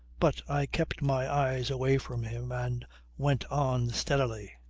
but i kept my eyes away from him and went on steadily.